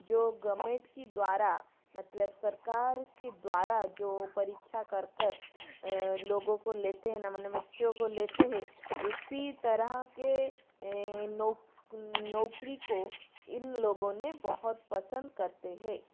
जो गमेट की द्वारा मतलब सरकार के द्वारा जो परीक्षा कर कर लोगों को लेते हैं बच्चों को लेते हैं उसी तरह के नौकरी को इन लोगों ने बहुत पसंद करते है